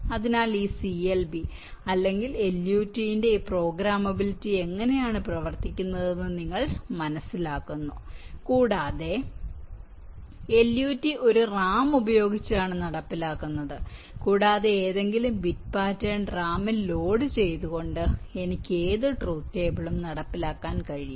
അതിനാൽ ഈ CLB അല്ലെങ്കിൽ LUT ന്റെ ഈ പ്രോഗ്രാമബിലിറ്റി എങ്ങനെയാണ് പ്രവർത്തിക്കുന്നത് എന്ന് നിങ്ങൾ മനസ്സിലാക്കുന്നു കൂടാതെ LUT ഒരു റാം ഉപയോഗിച്ചാണ് നടപ്പിലാക്കുന്നത് കൂടാതെ ഏതെങ്കിലും ബിറ്റ് പാറ്റേൺ റാമിൽ ലോഡ് ചെയ്തുകൊണ്ട് എനിക്ക് ഏത് ട്രൂത് ടേബിളും നടപ്പിലാക്കാൻ കഴിയും